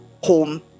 home